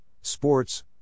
sports